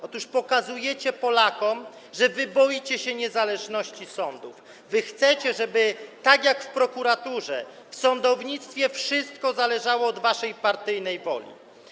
Otóż pokazujecie Polakom, że wy boicie się niezależności sądów, chcecie, żeby - tak jak w prokuraturze - w sądownictwie wszystko zależało od waszej partyjnej woli.